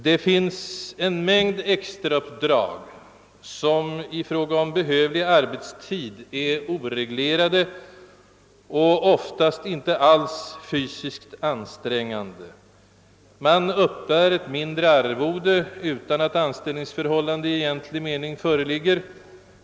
Det finns en mängd extrauppdrag som i fråga om behövlig arbetstid är oreglerade och oftast inte alls fysiskt ansträngande. Man uppbär ett mindre arvode utan att anställningsförhållande i egentlig mening föreligger.